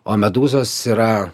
o medūzos yra